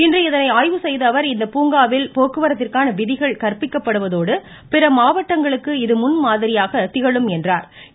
இன்று இதனை ஆய்வு செய்த அவர் இப்பூங்காவில் போக்குவரத்திற்கான விதிகள் கற்பிக்கப்படுவதோடு பிற மாவட்டங்களுக்கு இது முன்மாதிரியாக திகழும் என்றும் குறிப்பிட்டார்